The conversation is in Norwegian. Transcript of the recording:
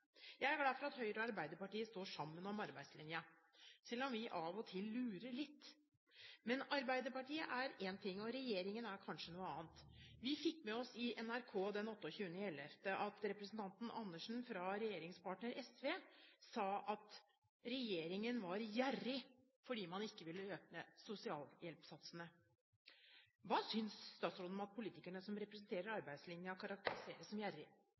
Jeg er glad for at Høyre og Arbeiderpartiet står sammen gjennom arbeidslinjen, selv om vi av og til lurer litt. Men Arbeiderpartiet er én ting, og regjeringen er kanskje noe annet. Vi fikk med oss i NRK den 28. november at representanten Andersen fra regjeringspartner SV sa at regjeringen var «gjerrig» fordi man ikke ville øke sosialhjelpssatsene. Hva synes statsråden om at politikerne som representerer arbeidslinjen, karakteriseres som